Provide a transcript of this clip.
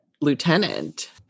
lieutenant